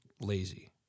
lazy